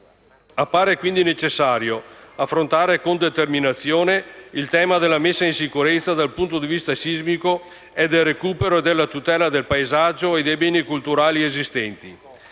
Appare quindi necessario affrontare con determinazione il tema della messa in sicurezza dal punto di vista sismico e del recupero della tutela del paesaggio e dei beni culturali esistenti.